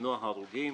למנוע הרוגים,